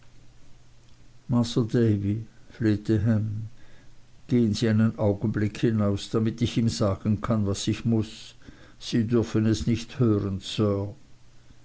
flehte ham gehen sie einen augenblick hinaus damit ich ihm sagen kann was ich muß sie dürfen es nicht hören sir